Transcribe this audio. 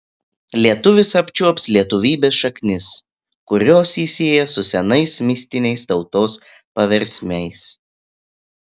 lietuvis apčiuops lietuvybės šaknis kurios jį sieja su senais mistiniais tautos paversmiais